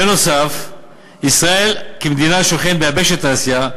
נוסף על כך, ישראל, כמדינה השוכנת ביבשת אסיה,